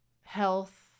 health